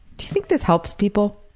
think this helps people?